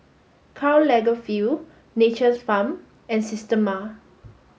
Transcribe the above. Karl Lagerfeld Nature's Farm and Systema